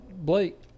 Blake